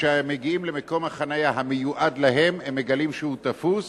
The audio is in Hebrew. שכאשר הם מגיעים למקום חנייה המיועד להם הם מגלים שהוא תפוס